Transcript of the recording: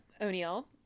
O'Neill